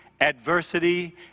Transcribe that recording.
adversity